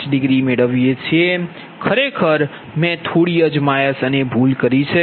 5 degree મેળવીએ છીએ ખરેખર મેં થોડી અજમાયશ અને ભૂલ કરી છે